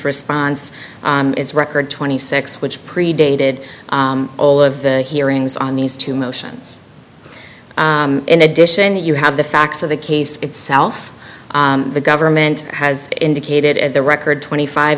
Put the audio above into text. response is record twenty six which predated all of the hearings on these two motions in addition you have the facts of the case itself the government has indicated at the record twenty five